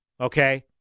okay